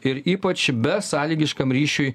ir ypač besąlygiškam ryšiui